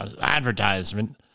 advertisement